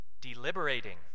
deliberating